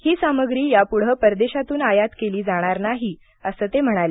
ही सामग्री यापुढे परदेशातून आयात केली जाणार नाही असं ते म्हणाले